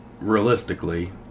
realistically